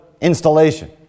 installation